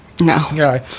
No